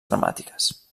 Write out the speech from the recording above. dramàtiques